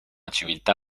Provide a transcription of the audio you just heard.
civiltà